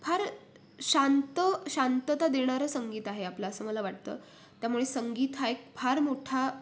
फार शांत शांतता देणारं संगीत आहे आपलं असं मला वाटतं त्यामुळे संगीत हा एक फार मोठा